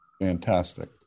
Fantastic